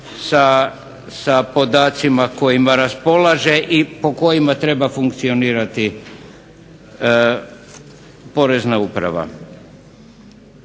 sa podacima kojima raspolaže i po kojima treba funkcionirati Porezna uprava.